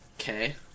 Okay